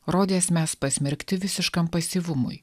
rodės mes pasmerkti visiškam pasyvumui